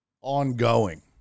ongoing